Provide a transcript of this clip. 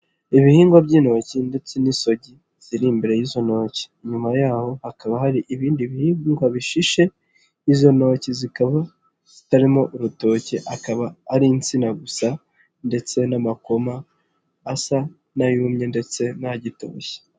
Ibihingwa by'intoki ndetse n'isogi ziri imbere y'izo ntoki, inyuma yaho hakaba hari ibindi bihingwa bishishe izo ntoki zikaba zitarimo urutoke akaba ari insina gusa ndetse n'amakoma asa n'ayumye ndetse n'agitoshye.